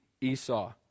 Esau